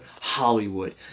Hollywood